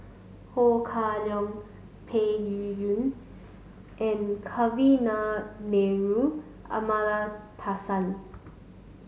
Ho Kah Leong Peng Yuyun and Kavignareru Amallathasan